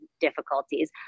difficulties